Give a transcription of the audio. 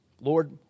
Lord